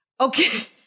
Okay